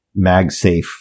MagSafe